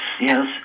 yes